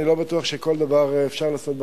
אני לא בטוח שכל דבר אפשר לעשות בחקיקה.